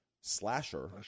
slasher